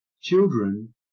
Children